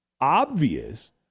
obvious